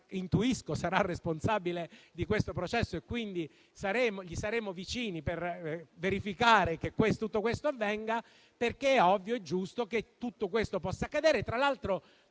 intuisco sarà responsabile di questo processo. Gli saremo vicini per verificare che tutto questo avvenga, perché è ovvio e giusto che tutto questo possa accadere. Tra l'altro,